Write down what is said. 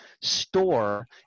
store